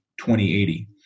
2080